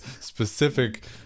specific